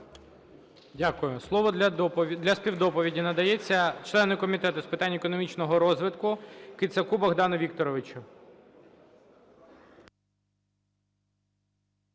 Дякую. Слово для співдоповіді надається члену Комітету з питань економічного розвитку Кицаку Богдану Вікторовичу.